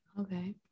okay